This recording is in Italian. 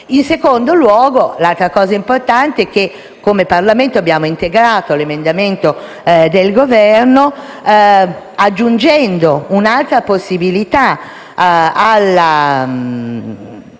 In secondo luogo, è importante che come Parlamento abbiamo integrato l'emendamento del Governo, aggiungendo un'altra possibilità